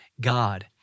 God